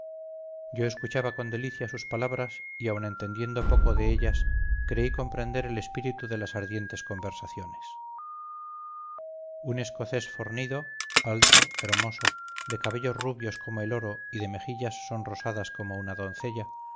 yo escuchaba con delicia sus palabras y aun entendiendo muy poco de ellas creí comprender el espíritu de las ardientes conversaciones un escocés fornido alto hermoso de cabellos rubios como el oro y de mejillas sonrosadas como una doncella